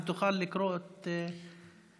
אם תוכל לקרוא את מה שהסברת.